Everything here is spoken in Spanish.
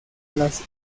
las